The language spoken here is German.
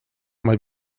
mal